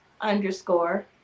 underscore